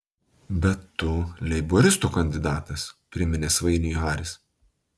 bet tu leiboristų kandidatas priminė svainiui haris